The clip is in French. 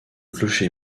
clocher